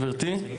גברתי,